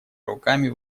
руками